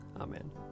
Amen